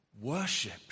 worship